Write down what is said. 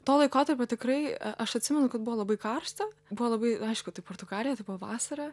to laikotarpio tikrai aš atsimenu kad buvo labai karšta buvo labai aišku tai portugalija tai buvo vasara